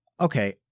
okay